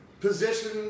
position